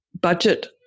budget